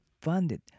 funded